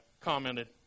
commented